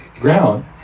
ground